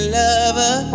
lover